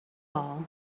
all